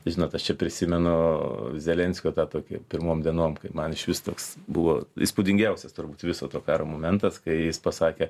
žinot aš čia prisimenu zelenskio tą tokį pirmom dienom kai man išvis toks buvo įspūdingiausias turbūt viso to karo momentas kai jis pasakė